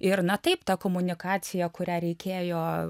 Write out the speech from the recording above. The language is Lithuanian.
ir na taip ta komunikacija kurią reikėjo